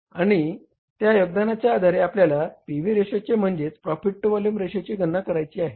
आणि त्या योगदानाच्या आधारे आपल्याला पी व्ही रेशो म्हणजेच प्रॉफिट टू व्हॉल्युम रेशोंची गणना करायची आहे